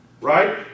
right